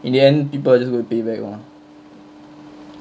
in the end people will just will pay back lor